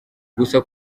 gusa